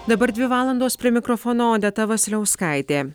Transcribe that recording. dabar dvi valandos prie mikrofono odeta vasiliauskaitė